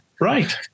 Right